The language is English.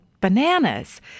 bananas